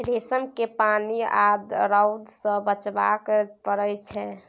रेशम केँ पानि आ रौद सँ बचाबय पड़इ छै